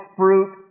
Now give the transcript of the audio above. fruit